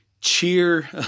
cheer